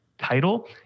title